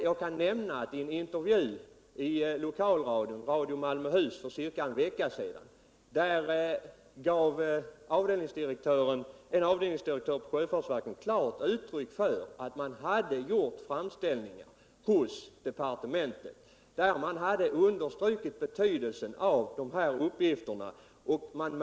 Jag kan nämna att i en intervju i lokalradion, Radio Malmöhus, för ca en vecka sedan gav en avdelningsdirektör på sjöfurtsverket klart uttryck för att framställningar hade gjorts till departementet, i vilka man understrukit betydelsen av de insatser från fyrpersonalens sida som jag här talat om.